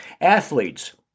Athletes